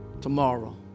tomorrow